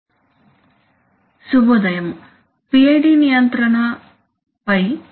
కీవర్డ్లు actuator PID controller frequency noise నియంత్రణ position form noise